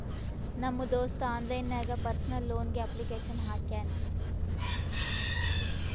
ನಮ್ ದೋಸ್ತ ಆನ್ಲೈನ್ ನಾಗೆ ಪರ್ಸನಲ್ ಲೋನ್ಗ್ ಅಪ್ಲಿಕೇಶನ್ ಹಾಕ್ಯಾನ್